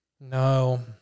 No